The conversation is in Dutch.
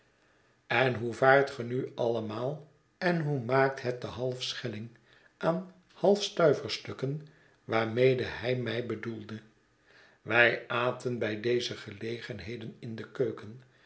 en hoe vaart ge nu allemaal en hoe maakt het de halve schelling aan halfstuiverstukken waarmede hij mij bedoelde wij aten bij deze gelegenheden in dekeuken